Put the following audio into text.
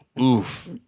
oof